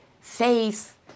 faith